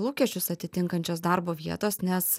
lūkesčius atitinkančios darbo vietos nes